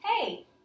hey